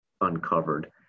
uncovered